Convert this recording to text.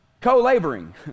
co-laboring